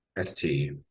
ST